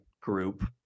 group